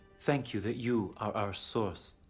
thank you that you are our source.